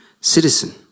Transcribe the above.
citizen